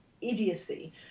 idiocy